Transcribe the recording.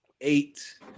eight